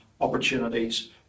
opportunities